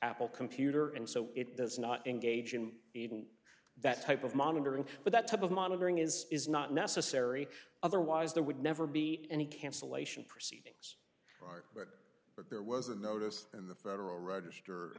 apple computer and so it does not engaging in that type of monitoring but that type of monitoring is is not necessary otherwise there would never be any cancellation proceedings for that but there was a notice in the federal register